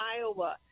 iowa